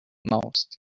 most